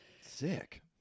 Sick